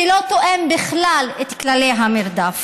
שלא תואם בכלל את כללי המרדף,